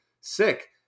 sick